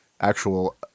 actual